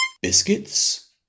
biscuits